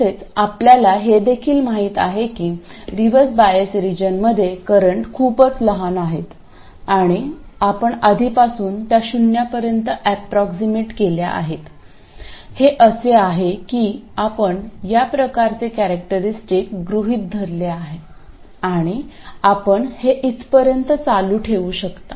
तसेच आपल्याला हे देखील माहित आहे की रिव्हर्स बायस रिजनमध्ये करंट खूपच लहान आहे आणि आपण आधीपासून त्या शून्यापर्यंत ऍप्रॉक्सीमेट केल्या आहेत हे असे आहे की आपण या प्रकाराचे कॅरेक्टरिस्टिक गृहीत धरले आहे आणि आपण हे इथपर्यंत चालू ठेवू शकतो